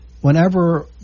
whenever –